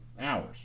hours